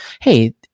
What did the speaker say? hey